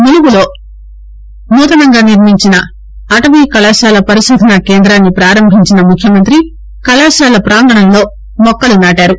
ములుగులో నూతన నిర్మించిన అటవీ కళాశాల పరిశోధన కేందాన్ని ప్రారంభించిన ముఖ్యమంత్రి కళాశాల ప్రాంగణంలో మొక్కలు నాటారు